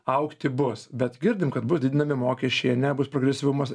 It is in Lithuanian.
augti bus bet girdim kad bus didinami mokesčiai ar ne bus progresyvumas